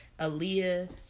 Aaliyah